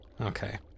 Okay